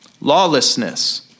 lawlessness